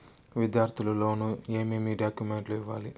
విద్యార్థులు లోను ఏమేమి డాక్యుమెంట్లు ఇవ్వాలి?